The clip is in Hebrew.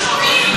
לא שומעים.